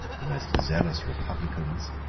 the most zealous republicans,